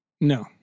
No